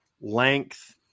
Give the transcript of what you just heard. length